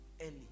early